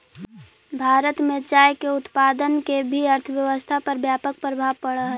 भारत में चाय के उत्पादन के भी अर्थव्यवस्था पर व्यापक प्रभाव पड़ऽ हइ